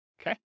Okay